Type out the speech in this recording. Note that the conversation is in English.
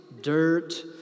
dirt